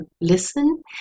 listen